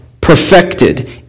perfected